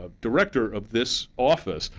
ah director of this office,